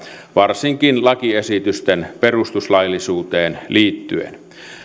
varsinkin lakiesitysten perustuslaillisuuteen liittyen